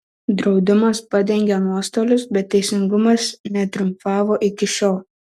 draudimas padengė nuostolius bet teisingumas netriumfavo iki šiol